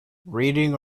reading